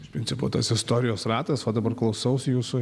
iš principo tas istorijos ratas va dabar klausausi jūsų